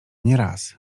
nieraz